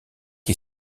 est